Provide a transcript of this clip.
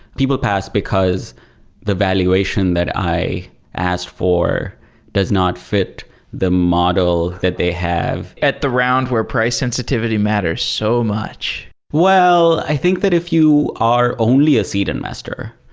people pass because the valuation that i asked for does not fit the model that they have at the round where price sensitivity matters so much well, i think that if you are only a seed investor,